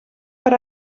per